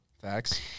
Facts